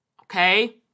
Okay